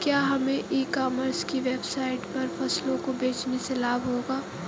क्या हमें e commerce की वेबसाइट पर फसलों को बेचने से लाभ होगा?